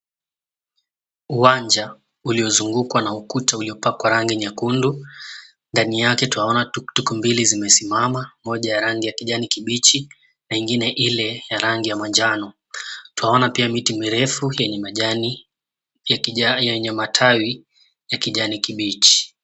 Uwanja uliozungukwa na ukuta uliopakwa rangi nyekundu. Ndani yake twaona tuktuk mbili zimesimama, moja ya rangi ya kijani kibichi na ingine ile ya rangi ya manjano. Twaona pia miti mirefu yenye majani yenye matawi ya kijani kibichi.